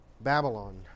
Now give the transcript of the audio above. Babylon